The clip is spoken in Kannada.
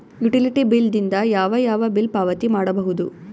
ಯುಟಿಲಿಟಿ ಬಿಲ್ ದಿಂದ ಯಾವ ಯಾವ ಬಿಲ್ ಪಾವತಿ ಮಾಡಬಹುದು?